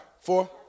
four